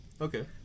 Okay